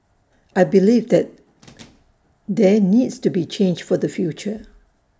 I believe that there needs to be change for the future